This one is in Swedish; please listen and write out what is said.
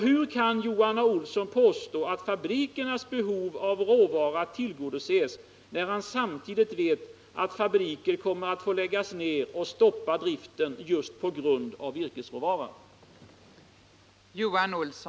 Hur kan Johan Olsson påstå att fabrikernas behov av råvara tillgodoses när han samtidigt vet att fabriker kommer att få läggas ner just på grund av virkesbrist?